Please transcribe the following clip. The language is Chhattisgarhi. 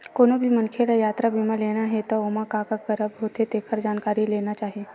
कोनो भी मनखे ल यातरा बीमा लेना हे त ओमा का का कभर होथे तेखर जानकारी ले लेना चाही